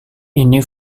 ini